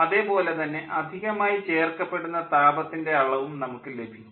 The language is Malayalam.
അതേപോലെ തന്നെ അധികമായി ചേർക്കപ്പെടുന്ന താപത്തിൻ്റെ അളവും നമുക്ക് ലഭിക്കും